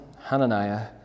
Hananiah